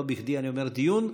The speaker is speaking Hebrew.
לא בכדי אני אומר דיון,